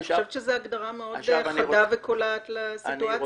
אני חושבת שזאת הגדרה מאוד חדה וקולעת לסיטואציה.